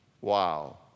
Wow